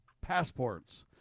passports